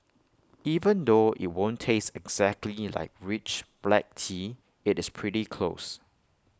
even though IT won't taste exactly like rich black tea IT is pretty close